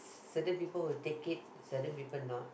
certain people would take it certain people not